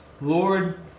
Lord